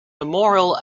memorial